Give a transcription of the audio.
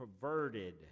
perverted